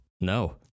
no